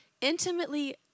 Intimately